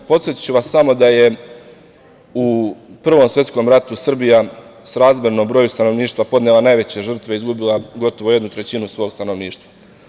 Podsetiću vas samo da je u Prvom svetskom ratu Srbija srazmerno broju stanovništva podnela najveće žrtve, izgubila gotovo jednu trećinu svog stanovništva.